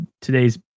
Today's